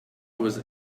was